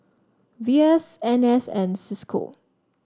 V S N S and Cisco